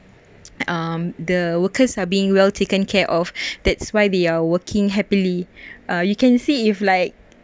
um the workers are being well taken care of that's why they are working happily uh you can see if like